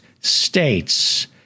states